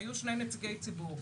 שיהיו שני נציגי ציבור,